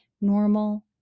normal